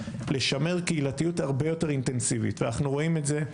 לשמר קהילתיות הרבה יותר אינטנסיבית ואנחנו רואים את זה,